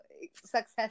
success